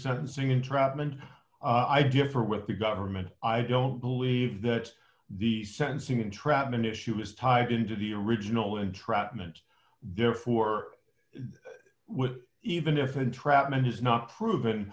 sentencing entrapment i differ with the government i don't believe that the sentencing entrapment issue is tied into the original entrapment defer with even if entrapment is not proven